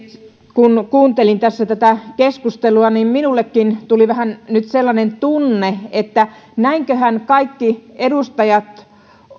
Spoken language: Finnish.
kun kuuntelin tässä tätä keskustelua niin minullekin tuli vähän nyt sellainen tunne että näinköhän kaikki edustajat